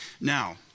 Now